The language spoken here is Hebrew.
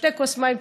שתה כוס מים,